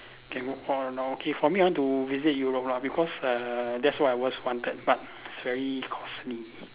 can walk all along okay for me I want to visit Europe ah because err that's what I always wanted but it's very costly